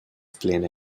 plene